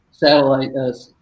satellite